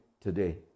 today